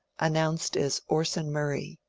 announced as orson murray.